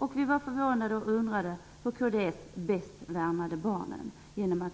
Vi undrade också förvånat på vilket sätt kds värnar barnen genom att